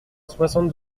soixante